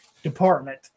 Department